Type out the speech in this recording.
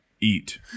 eat